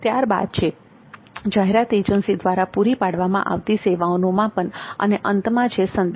ત્યારબાદ છે જાહેરાત એજન્સી દ્વારા પૂરી પાડવામાં આવતી સેવાઓનું માપન અને અંતમાં છે સંદેશ